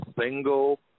single